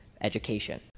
education